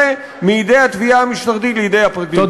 מידי התביעה המשטרתית לידי הפרקליטות.